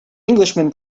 englishman